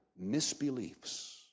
misbeliefs